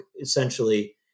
essentially